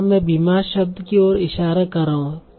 यहाँ मैं बीमार शब्द की ओर इशारा कर रहा हूँ